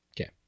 Okay